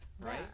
Right